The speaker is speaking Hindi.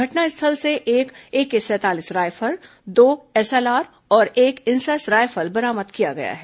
घटनास्थल से एक एके सैंतालीस रायफल दो एसएलआर और एक इंसास रायफल बरामद किया गया है